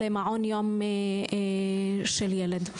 800 שקל למעון יום של ילד,